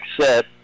set